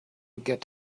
get